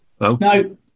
No